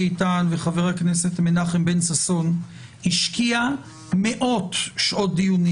איתן וחבר הכנסת מנחם בן ששון השקיעה מאות שעות דיונים